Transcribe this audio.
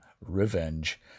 revenge